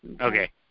Okay